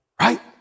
Right